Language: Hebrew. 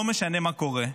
לא משנה מה קורה,